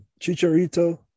Chicharito